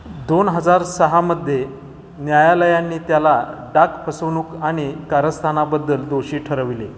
दोन हजार सहामध्ये न्यायालयांनी त्याला डाक फसवणूक आणि कारस्थानाबद्दल दोषी ठरविले